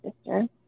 sister